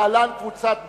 להלן: קבוצת בל"ד,